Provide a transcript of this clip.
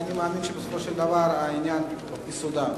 אני מאמין שבסופו של דבר העניין יסודר.